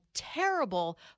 terrible